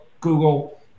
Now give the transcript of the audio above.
Google